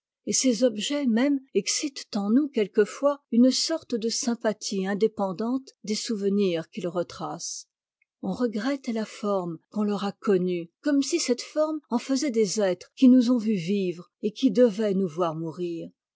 et ces objets mêmes excitent en nous quelquefois une sorte de sympathie indépendante des souvenirs qu'ils retracent on regrette la forme qu'on leur a connue comme si cette forme en faisait des êtres qui nous ont vus vivre et qui devaient nous voir mourir